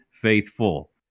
faithful